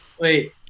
Wait